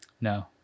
no